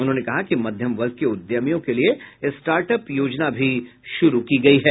उन्होंने कहा कि मध्यम वर्ग के उद्यमियों के लिए स्टार्ट अप योजना भी शुरू की गई है